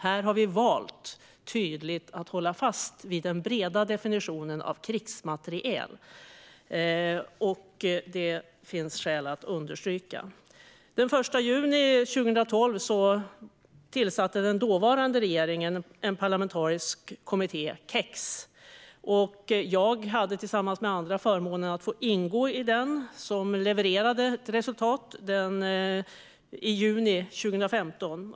Här har vi tydligt valt att hålla fast vid den breda definitionen av krigsmateriel, och det finns skäl att understryka detta. Den 1 juni 2012 tillsatte den dåvarande regeringen en parlamentarisk kommitté, KEX. Jag hade tillsammans med andra förmånen att få ingå i denna kommitté, som levererade ett resultat i juni 2015.